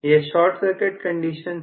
यह short circuit condition है